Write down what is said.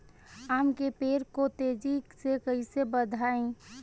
आम के पेड़ को तेजी से कईसे बढ़ाई?